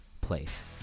place